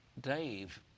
Dave